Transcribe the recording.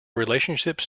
relationships